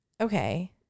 okay